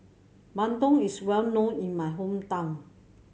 bandung is well known in my hometown